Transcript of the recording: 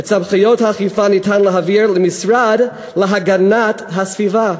את סמכויות האכיפה ניתן להעביר למשרד להגנת הסביבה,